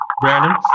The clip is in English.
Brandon